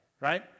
right